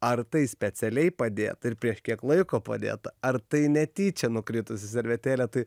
ar tai specialiai padėta ir prieš kiek laiko padėta ar tai netyčia nukritusi servetėlė tai